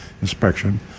inspection